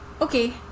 okay